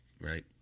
right